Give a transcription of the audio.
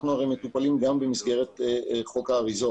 אנחנו הרי מטופלים גם במסגרת חוק האריזות